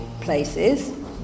places